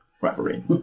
referee